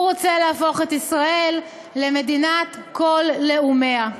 הוא רוצה להפוך את ישראל למדינת כל לאומיה.